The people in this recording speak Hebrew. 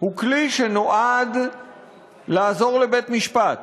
הוא כלי שנועד לעזור לבית-משפט